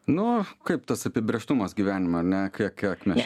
nu kaip tas apibrėžtumas gyvenime ar ne kiek kiek mes